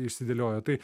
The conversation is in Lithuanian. išsidėlioja tai